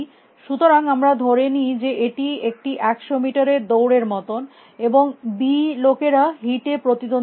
সুতরাং আমরা ধরে নি যে এটি একটি 100 মিটারের দৌড়ের মত এবং বি লোকেরা হিট এ প্রতিদ্বন্দ্বিতা করছে